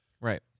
Right